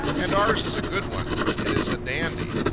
and ours is a good one. it is a dandy.